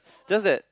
just that